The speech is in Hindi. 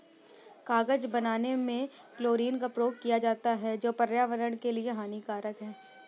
कागज बनाने में क्लोरीन का प्रयोग किया जाता है जो पर्यावरण के लिए हानिकारक है